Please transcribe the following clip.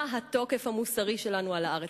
מה התוקף המוסרי שלנו על הארץ.